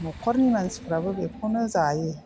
नखरनि मानसिफ्राबो बेखौनो जायो